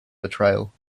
betrayal